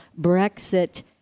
Brexit